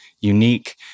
unique